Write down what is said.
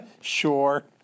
Sure